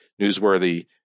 newsworthy